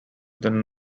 than